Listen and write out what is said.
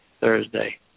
Thursday